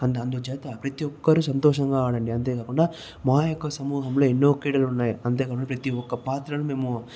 అందు అందు చేత ప్రతి ఒక్కరు సంతోషంగా ఆడండి అంతేకాకుండా మా యొక్క సమూహంలో ఎన్నో క్రీడలు ఉన్నాయి అంతేగా ప్రతి ఒక్క పాత్రను మేము